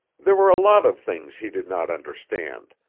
there were a lot of things he did not understand,